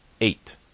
eight